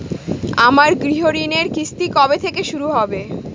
আমার গৃহঋণের কিস্তি কবে থেকে শুরু হবে?